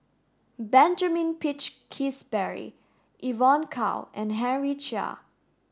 Benjamin Peach Keasberry Evon Kow and Henry Chia